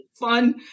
fun